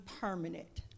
permanent